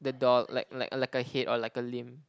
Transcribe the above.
the doll like like like a head or like a limb